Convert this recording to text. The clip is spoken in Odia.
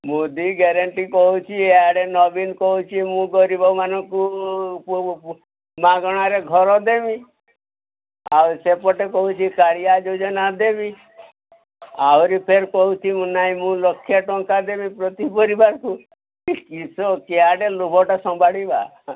ମୁଦି ଗ୍ୟାରେଣ୍ଟି କହୁଛି ଇଆଡ଼େ ନବୀନ କହୁଛି ମୁଁ ଗରିବମାନଙ୍କୁ ମାଗଣାରେ ଘର ଦେବି ଆଉ ସେପଟେ କହୁଛି କାଳିଆ ଯୋଜନା ଦେବି ଆହୁରି ଫେରେ କହୁଛି ନାହିଁ ମୁଁ ଲକ୍ଷେ ଟଙ୍କା ଦେବି ପ୍ରତି ପରିବାରକୁ କିସ କିଆଡ଼େ ଲୋଭଟା ସମ୍ଭାଳିବା